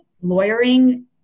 lawyering